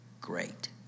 great